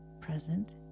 present